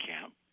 camp